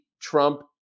Trump